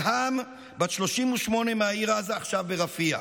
אלהאם, בת 38 מהעיר עזה, עכשיו ברפיח: